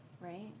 right